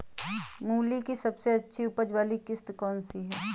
मूली की सबसे अच्छी उपज वाली किश्त कौन सी है?